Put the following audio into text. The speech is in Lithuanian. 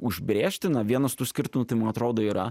užbrėžti na vienas tų skirtumų tai ma atrodo yra